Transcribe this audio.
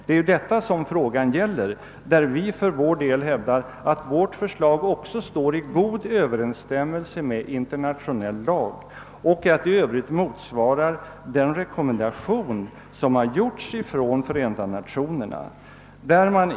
Det är ju detta som frågan gäller, där vi för vår del hävdar, att vårt förslag också står i god överensstämmelse med internationell lag och att det i övrigt motsvarar den rekommendation som har gjorts från Förenta Nationerna.